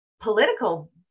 political